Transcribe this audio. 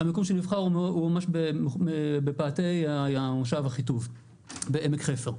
המיקום שנבחר הוא בפאתי המושב אחיטוב בעמק חפר.